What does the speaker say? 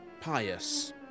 pious